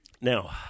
Now